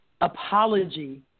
apology